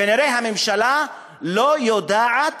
כנראה הממשלה לא יודעת